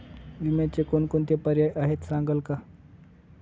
विम्याचे कोणकोणते पर्याय आहेत सांगाल का?